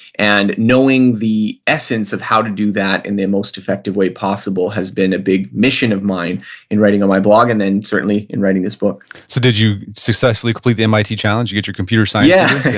and knowing the essence of how to do that in the most effective way possible has been a big mission of mine in writing in my blog and then certainly in writing this book so did you successfully complete the mit challenge to get your computer science yeah